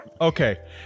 Okay